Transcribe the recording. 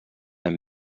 hem